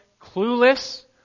clueless